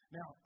Now